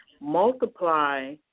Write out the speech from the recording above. Multiply